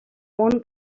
món